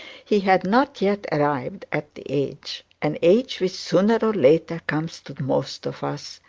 he had not yet arrived at the age, an age which sooner or later comes to most of us,